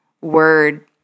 Word